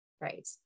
Right